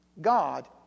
God